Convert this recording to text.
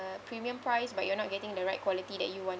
premium price but you're not getting the right quality that you want